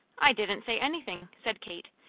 i didn't say anything, said kate,